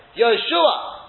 Yeshua